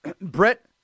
Brett